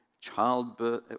childbirth